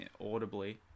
audibly